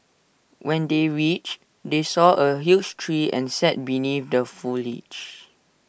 when they reached they saw A huge tree and sat beneath the foliage